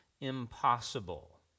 impossible